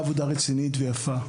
רצינית ויפה.